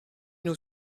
nous